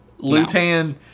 Lutan